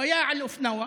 הוא היה על אופנוע,